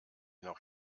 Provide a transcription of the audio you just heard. noch